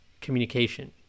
communication